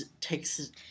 takes